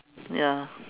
ya